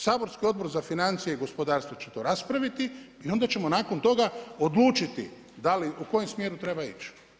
Saborski Odbor za financije i gospodarstvo će to raspraviti i onda ćemo nakon toga odlučiti da li, u kojem smjeru treba ići.